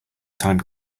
time